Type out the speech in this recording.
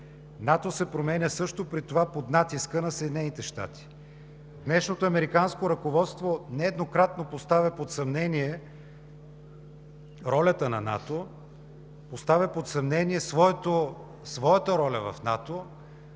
НАТО се променя също – при това под натиска на Съединените щати. Днешното американско ръководство нееднократно поставя под съмнение ролята на НАТО, поставя под съмнение своята роля в НАТО,